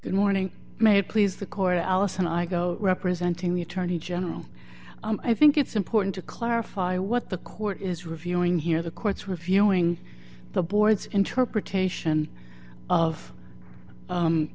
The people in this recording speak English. good morning may it please the court allison i go representing the attorney general i think it's important to clarify what the court is reviewing here the court's reviewing the board's interpretation of